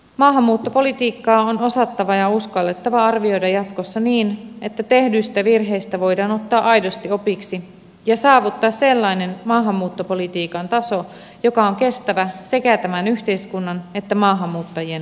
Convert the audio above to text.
maahanmuuttopolitiikkaa on osattava ja uskallettava arvioida jatkossa niin että tehdyistä virheistä voidaan ottaa aidosti opiksi ja saavuttaa sellainen maahanmuuttopolitiikan taso joka on kestävä sekä tämän yhteiskunnan että maahanmuuttajien osalta